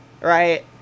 right